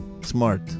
smart